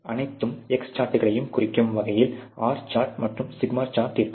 அனைத்து X சார்ட்களையும் குறிக்கும் வகையில் R சார்ட் மற்றும் σ சார்ட் இருக்கும்